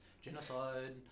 genocide